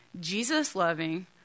Jesus-loving